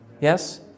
Yes